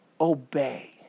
obey